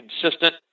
consistent